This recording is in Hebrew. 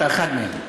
אתה אחד מהם.